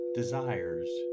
desires